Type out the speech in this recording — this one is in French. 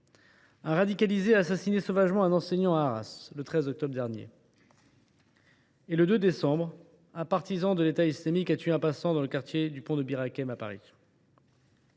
un radicalisé a assassiné sauvagement un enseignant, à Arras, le 13 octobre dernier. Le 2 décembre, un partisan de l’État islamique a tué un passant à Paris, dans le quartier du pont de Bir Hakeim.